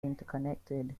interconnected